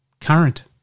current